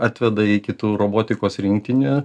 atveda iki tų robotikos rinktinę